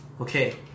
Okay